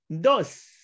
dos